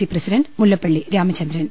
C president Mullappally Ramachandran